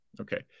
Okay